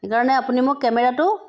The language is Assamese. সেইকাৰণে আপুনি মোক কেমেৰাটো